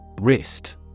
Wrist